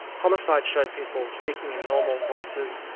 homicide showed people speaking in normal voices,